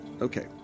Okay